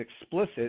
explicit